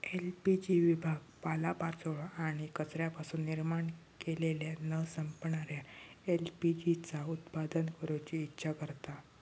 LPG विभाग पालोपाचोळो आणि कचऱ्यापासून निर्माण केलेल्या न संपणाऱ्या एल.पी.जी चा उत्पादन करूची इच्छा करता